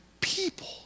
people